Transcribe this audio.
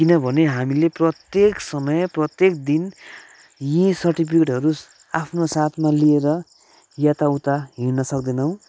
किनभने हामीले प्रत्येक समय प्रत्येक दिन यी सर्टिफिकेटहरू आफ्नो साथमा लिएर यता उता हिँड्न सक्दैनौँ